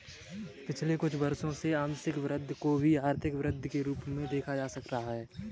पिछले कुछ वर्षों से आंशिक वृद्धि को भी आर्थिक वृद्धि के रूप में देखा जा रहा है